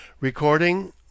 recording